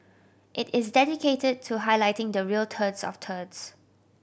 it is dedicated to highlighting the real turds of turds